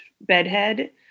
bedhead